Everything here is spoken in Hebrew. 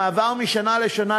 המעבר משנה לשנה,